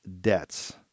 debts